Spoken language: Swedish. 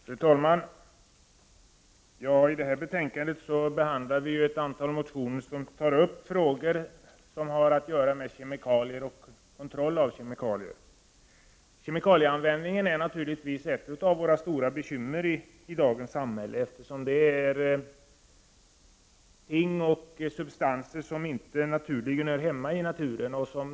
Fru talman! I detta betänkande behandlar vi ett antal motioner, som tar upp frågor som rör kemikalier och kontroll av kemikalier. Kemikalieanvänd ningen utgör naturligtvis ett av våra stora bekymmer i dagens samhälle, eftersom det är fråga om ting och substanser som inte naturligen hör hemma i naturen.